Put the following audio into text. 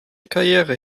karriere